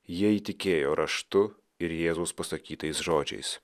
jie įtikėjo raštu ir jėzaus pasakytais žodžiais